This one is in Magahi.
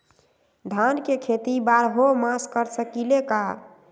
धान के खेती बारहों मास कर सकीले का?